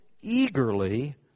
eagerly